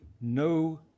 no